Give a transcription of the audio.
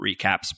Recaps